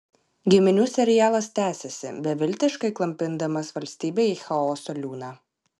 giminių serialas tęsiasi beviltiškai klampindamas valstybę į chaoso liūną